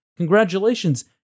Congratulations